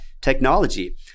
technology